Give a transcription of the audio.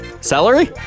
Celery